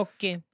Okay